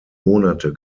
monate